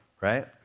right